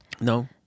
No